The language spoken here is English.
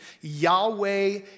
Yahweh